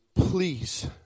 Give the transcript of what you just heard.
please